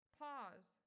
pause